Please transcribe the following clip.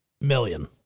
million